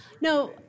No